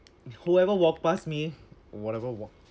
whoever walked past me whatever walk